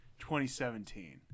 2017